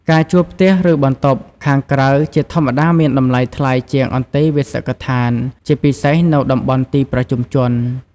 ការជួលផ្ទះ ឬបន្ទប់ខាងក្រៅជាធម្មតាមានតម្លៃថ្លៃជាងអន្តេវាសិកដ្ឋាន ជាពិសេសនៅតំបន់ទីប្រជុំជន។